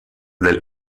del